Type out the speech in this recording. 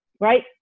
right